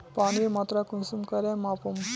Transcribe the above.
पानीर मात्रा कुंसम करे मापुम?